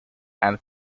and